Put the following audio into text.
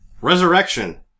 Resurrection